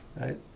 Right